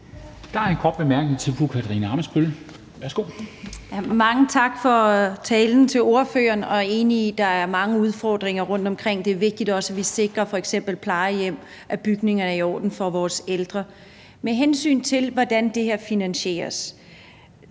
ordføreren for talen. Jeg er enig i, at der er mange udfordringer rundtomkring. Det er også vigtigt, at vi f.eks. sikrer plejehjemmene, at bygningerne er i orden for vores ældre. Hvad angår, hvordan det her finansieres,